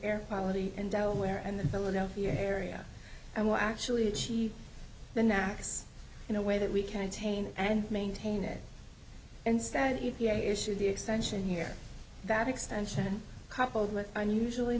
air quality in delaware and the philadelphia area and we're actually achieve the nax in a way that we can attain and maintain it instead e t a issue the extension here that extension coupled with unusually